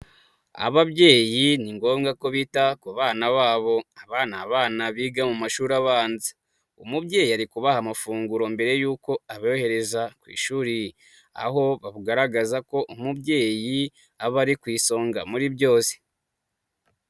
Ababyeyi ni ngombwa ko bita ku bana babo, aba ni abana biga mu mashuri abanza, umubyeyi ari kubaha amafunguro mbere y'uko abohereza ku ishuri, aho bagaragaza ko umubyeyi aba ari ku isonga muri byose.